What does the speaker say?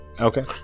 Okay